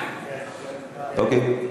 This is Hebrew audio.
אוקיי.